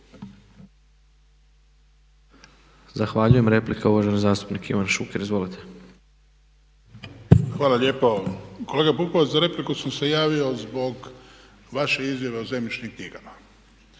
Zahvaljujem. Replika, uvaženi zastupnik Ivan Šuker. Izvolite. **Šuker, Ivan (HDZ)** Hvala lijepo. Kolega Pupovac, za repliku sam se javio zbog vaše izjave o zemljišnim knjigama.